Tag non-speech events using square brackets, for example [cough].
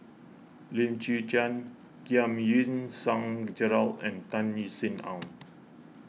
Lim Chwee Chian Giam Yean Song Gerald and Tan [unintelligible] Sin Aun